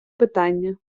питання